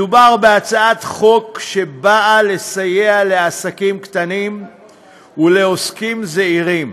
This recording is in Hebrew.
מדובר בהצעת חוק שנועדה לסייע לעסקים קטנים ולעוסקים זעירים,